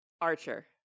Archer